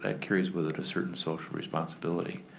that carries with it a certain social responsibility.